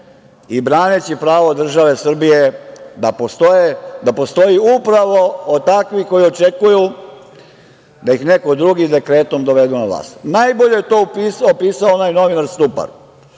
i braneći pravo države Srbije da postoji upravo od takvih koji očekuju da ih neko drugi dekretom dovede na vlast. Najbolje je to opisao onaj novinar Stupar.